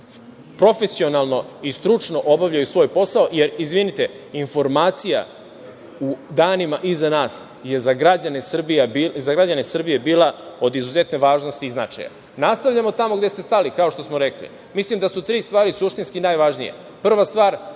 profesionalno i stručno obavljaju svoj posao. Jer, izvinite, informacija u danima iza nas je za građane Srbije bila od izuzetne važnosti i značaja. Nastavljamo tamo gde ste stali, kao što ste rekli. Mislim da su tri stvari suštinski najvažnije. Prva stvar